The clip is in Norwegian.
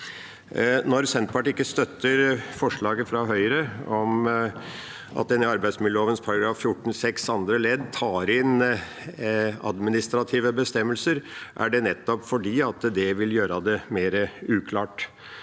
Når Senterpartiet ikke støtter forslaget fra Høyre om at en i arbeidsmiljøloven § 14-6 annet ledd skal ta inn administrative bestemmelser, er det nettopp fordi det vil gjøre det mer uklart.